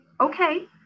okay